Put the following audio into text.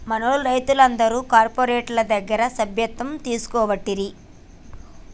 మనూళ్లె రైతులందరు కార్పోరేటోళ్ల దగ్గర సభ్యత్వం తీసుకోవట్టిరి